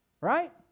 Right